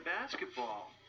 basketball